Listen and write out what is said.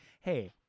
hey